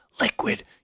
liquid